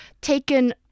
taken